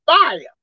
fire